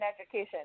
education